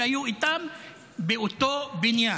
שהיו איתם באותו בניין.